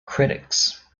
critics